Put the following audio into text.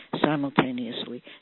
simultaneously